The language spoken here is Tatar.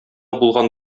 булган